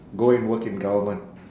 go and work in government